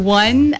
one